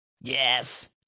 Yes